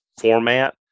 format